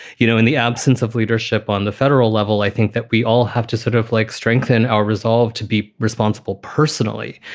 you know, in the absence of leadership on the federal level, i think that we all have to sort of like strengthen our resolve to be responsible personally.